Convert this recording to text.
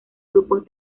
grupos